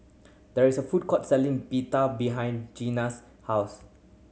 there is a food court selling Pita behind Ginna's house